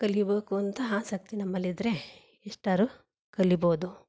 ಕಲಿಬೇಕು ಅಂತ ಆಸಕ್ತಿ ನಮ್ಮಲ್ಲಿದ್ದರೆ ಎಷ್ಟಾದ್ರು ಕಲಿಬೋದು